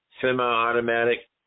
semi-automatic